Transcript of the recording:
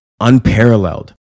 unparalleled